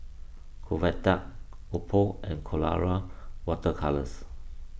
Convatec Oppo and Colora Water Colours